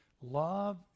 Love